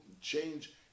change